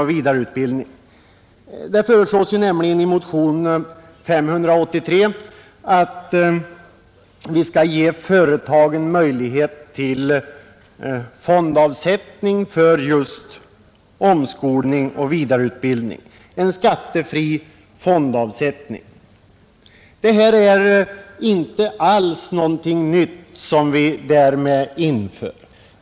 I motionen nr 583 föreslås nämligen att företagen skall få möjligheter till skattefri fondavsättning för just omskolning och vidareutbildning. Det skulle inte alls vara någonting nytt som därigenom infördes.